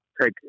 take